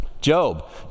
Job